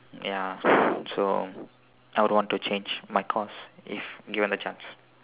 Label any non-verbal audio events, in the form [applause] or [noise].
ya [breath] so I would want to change my course if given the chance